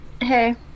Hey